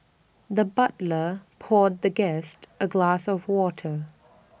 the butler poured the guest A glass of water